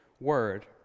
word